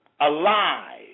alive